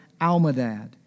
Almadad